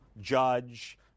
judge